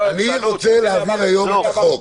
אני רוצה להעביר היום את החוק.